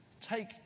take